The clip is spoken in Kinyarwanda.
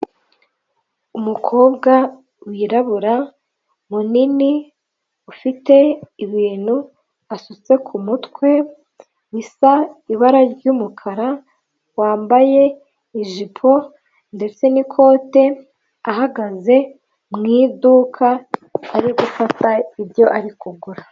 Umukobwa wirabura munini ufite ibintu asutse ku mutwe bisa ibara ry'umukara wambaye ijipo ndetse n'ikote ahagaze mu iduka ari gufata ibyo ari kugura.